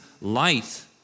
light